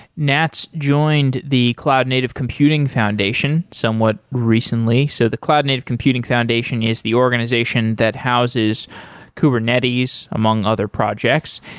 nats joined the cloud native computing foundation somewhat recently, so the cloud native computing foundation is the organization that houses kubernetes among other projects.